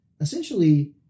essentially